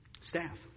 Staff